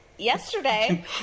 yesterday